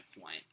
point